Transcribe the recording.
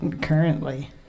currently